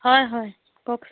হয় হয় কওকচোন